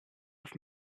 auf